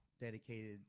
dedicated